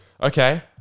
Okay